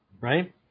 right